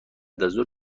ظهر